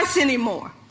anymore